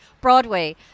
Broadway